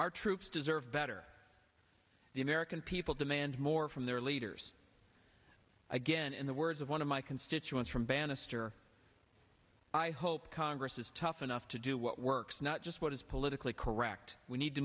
our troops deserve better the american people demand more from their leaders again in the words of one of my constituents from bannister i hope congress is tough enough to do what works not just what is politically correct we need to